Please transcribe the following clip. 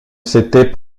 s’était